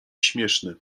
śmieszny